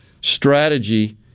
strategy